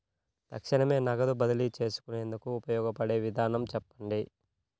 తక్షణమే నగదు బదిలీ చేసుకునేందుకు ఉపయోగపడే విధానము చెప్పండి?